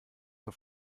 auf